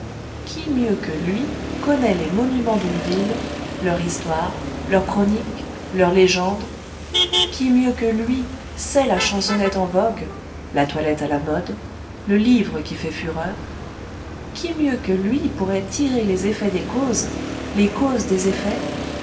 qui mieux que lui connaît les monuments d'une ville leur histoire leur chronique leur légende qui mieux que lui sait la chansonnette en vogue la toilette à la mode le livre qui fait fureur qui mieux que lui pourrait tirer les effets des causes les causes des effets